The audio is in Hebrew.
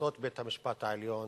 החלטות בית-המשפט העליון,